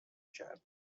کرد